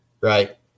right